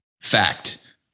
fact